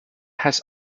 has